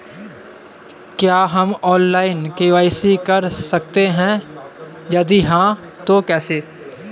क्या हम online KYC कर सकते हैं यदि हाँ तो कैसे?